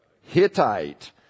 Hittite